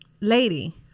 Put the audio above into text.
lady